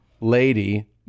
lady